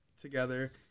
together